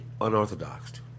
unorthodoxed